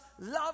love